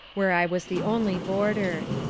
where i was the only boarder.